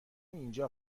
اینجا